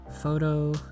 Photo